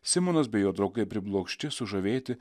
simonas bei jo draugai priblokšti sužavėti